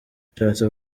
bishatse